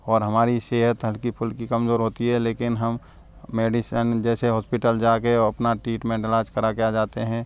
और हमारी सेहत हलकी फुलकी कमजोर होती है लेकिन हम मेडिसेन जैसे हॉस्पिटल जाके अपना ट्रीटमेंट इलाज कराके आ जाते हैं